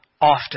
often